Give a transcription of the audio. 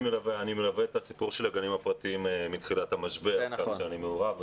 אני מלווה את הסיפור של הגנים הפרטיים מתחילת המשבר כך שאני מעורב.